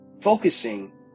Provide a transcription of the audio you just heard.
Focusing